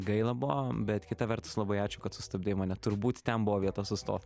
gaila buvo bet kita vertus labai ačiū kad sustabdei mane turbūt ten buvo vieta sustot